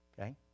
Okay